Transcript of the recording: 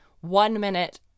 one-minute